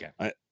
Okay